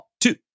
two